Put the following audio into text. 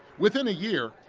within a year,